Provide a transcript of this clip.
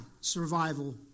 survival